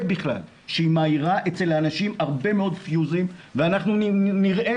בכלל שהיא מעירה אצל האנשים הרבה מאוד פיוזים ואנחנו נראה